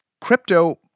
crypto